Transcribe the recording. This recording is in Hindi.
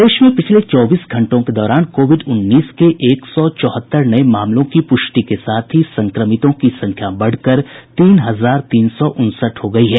प्रदेश में पिछले चौबीस घंटों के दौरान कोविड उन्नीस के एक सौ चौहत्तर नए मामलों की पुष्टि के साथ ही संक्रमितों की संख्या बढ़कर तीन हजार तीन सौ उनसठ हो गयी है